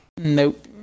Nope